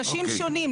אנשים שונים,